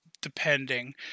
depending